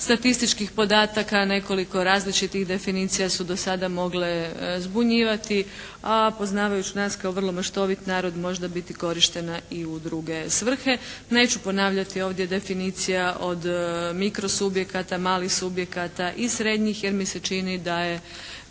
statističkih podataka, nekoliko različitih definicija su do sada mogle zbunjivati, a poznavajući nas kao vrlo maštovit način možda biti korištena i u druge svrhe. Neću ponavljati ovdje definicija od mikrosubjekata, malih subjekata i srednjih jer mi se čini da je